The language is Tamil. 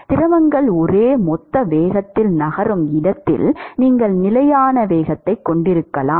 திரவங்கள் ஒரே மொத்த வேகத்தில் நகரும் இடத்தில் நீங்கள் நிலையான வேகத்தைக் கொண்டிருக்கலாம்